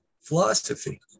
philosophy